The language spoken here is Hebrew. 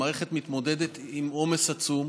המערכת מתמודדת עם עומס עצום,